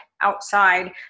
outside